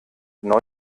neu